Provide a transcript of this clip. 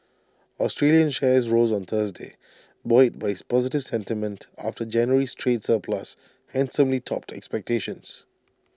Australian shares rose on Thursday buoyed by the positive sentiment after January's trade surplus handsomely topped expectations